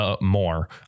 more